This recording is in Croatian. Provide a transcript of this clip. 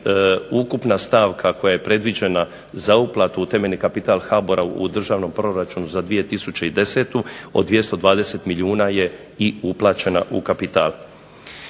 ukupna stavka koja je predviđena za uplatu u temeljni kapital HBOR-a u državnom proračunu za 2010. od 220 milijuna je i uplaćena u kapital.